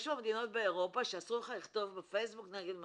יש מדינות באירופה שאסור לך לכתוב בפייסבוק נגד מהגרים.